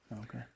Okay